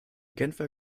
genfer